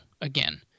again